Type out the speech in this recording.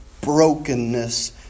brokenness